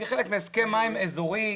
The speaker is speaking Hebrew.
כחלק מהסכם מים אזורי,